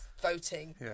voting